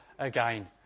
again